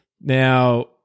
Now